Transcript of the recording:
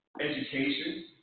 education